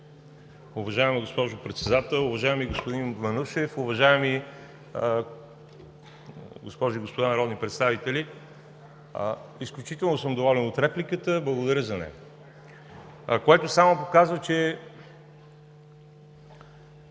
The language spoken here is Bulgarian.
Уважаема госпожо Председател, уважаеми господин Манушев, уважаеми госпожи и господа народни представители! Изключително съм доволен от репликата. Благодаря за нея – което само показва, че